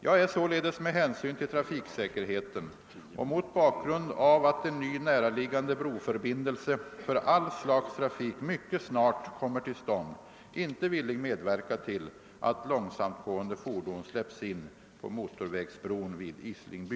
Jag är således med hänsyn till trafiksäkerheten och mot bakgrund av att en ny näraliggande broförbindelse för all slags trafik mycket snart kommer till stånd inte villig medverka till att långsamtgående fordon släpps in på motorvägsbron vid Islingby.